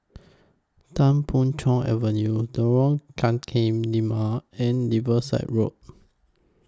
Tan Boon Chong Avenue Lorong Tukang Lima and Riverside Road